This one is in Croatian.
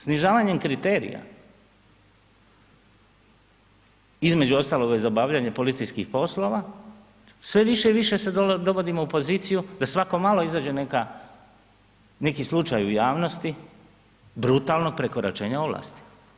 Snižavanjem kriterija između ostalog i za obavljanje policijskih poslova sve više i više se dovodimo u poziciju da svako malo izađe neka, neki slučaj u javnosti brutalno prekoračenje ovlasti.